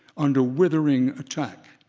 under withering attack.